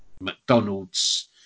mcdonald's